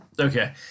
okay